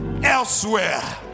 elsewhere